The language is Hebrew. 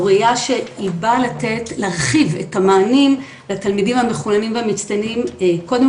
ראייה באה לתת להרחיב את המענים לתלמידים המחוננים והמצטיינים קודם